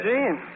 Jean